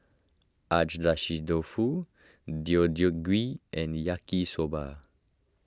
Agedashi Dofu Deodeok Gui and Yaki Soba